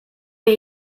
wir